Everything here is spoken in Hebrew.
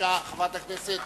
חברת הכנסת